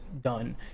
done